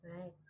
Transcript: right